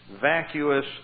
vacuous